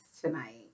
tonight